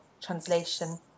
translation